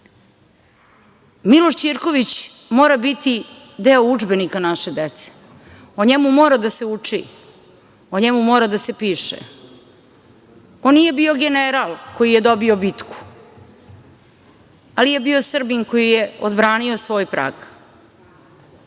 Miloš Ćirković mora biti deo udžbenika naše dece. O njemu mora da se uči, o njemu mora da se piše. On nije bio general koji je dobio bitku, ali je bio Srbin koji je odbranio svoj prag.